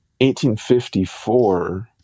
1854